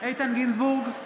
איתן גינזבורג,